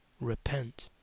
repent